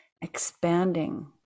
expanding